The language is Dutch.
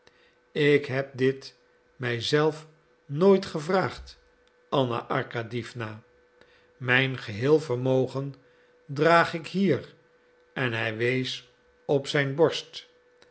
ik heb dit mij zelf nooit gevraagd anna arkadiewna mijn geheel vermogen draag ik hier en hij wees op zijn borst